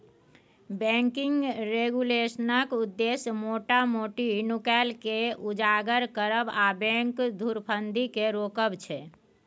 banking रेगुलेशनक उद्देश्य मोटा मोटी नुकाएल केँ उजागर करब आ बैंक धुरफंदी केँ रोकब छै